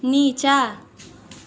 नीचाँ